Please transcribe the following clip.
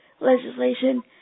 legislation